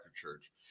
Church